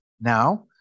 now